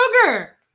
sugar